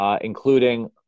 including